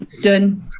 done